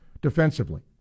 defensively